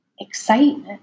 excitement